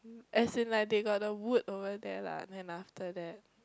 as in like they got a wood over there lah then after that